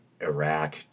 Iraq